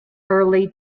early